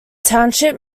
township